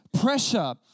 pressure